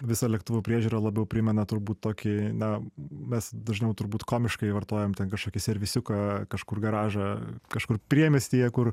visa lėktuvų priežiūra labiau primena turbūt tokį na mes dažniau turbūt komiškai vartojam ten kažkokį servisiuką kažkur garažą kažkur priemiestyje kur